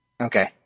Okay